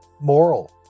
moral